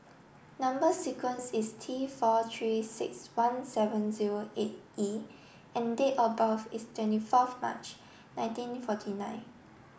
number sequence is T four three six one seven zero eight E and date of birth is twenty fourth March nineteen forty nine